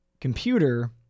computer